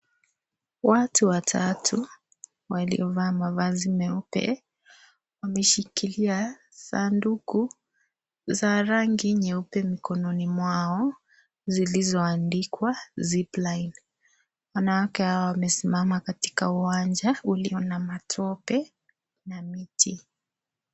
Watu watatu waliovaa mavazi meupe wameshikilia sanduku za rangi nyeupe mikononi mwao zilizoandikwa zip line . Wanawake hawa wamesimama katika uwanja ulio na matope na miti .